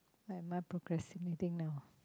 am I procrastinating now